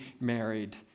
married